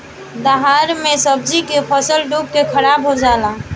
दहाड़ मे सब्जी के फसल डूब के खाराब हो जला